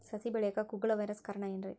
ಸಸಿ ಬೆಳೆಯಾಕ ಕುಗ್ಗಳ ವೈರಸ್ ಕಾರಣ ಏನ್ರಿ?